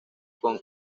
con